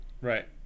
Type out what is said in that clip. right